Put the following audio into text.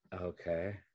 Okay